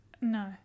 No